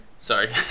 Sorry